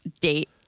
date